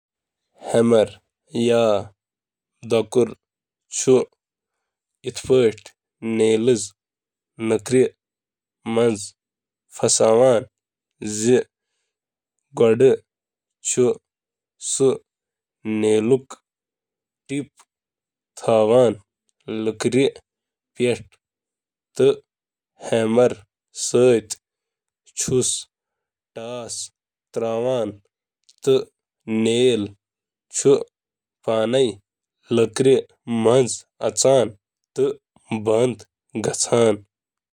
اکھ ہتھوڑا چُھ ممکنہٕ توانٲئی ذخیرٕ کٔرتھ تہٕ پتہٕ اتھ توانٲئی ہنٛد استعمال کٔرتھ لکڑٕ منٛز کیل دباونہٕ خٲطرٕ لکڑٕ منٛز چلاوان: